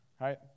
Right